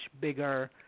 bigger